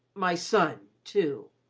my son, too.